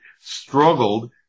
struggled